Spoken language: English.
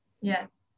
yes